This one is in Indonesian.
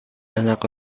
anak